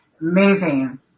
Amazing